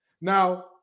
Now